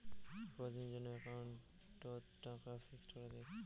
কতদিনের জন্যে একাউন্ট ওত টাকা ফিক্সড করা যায়?